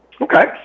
Okay